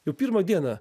jau pirmą dieną